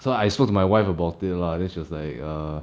so I spoke to my wife about it lah then she was like err